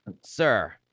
Sir